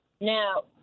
Now